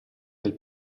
del